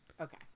Okay